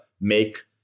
make